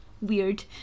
Weird